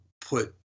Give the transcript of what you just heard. put